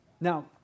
Now